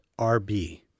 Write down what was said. RB